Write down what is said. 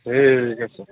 ঠিক আছে